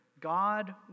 God